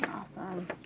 Awesome